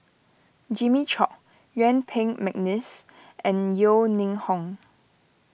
Jimmy Chok Yuen Peng McNeice and Yeo Ning Hong